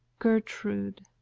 gertrude!